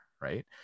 right